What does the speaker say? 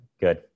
Good